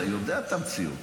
אתה יודע את המציאות.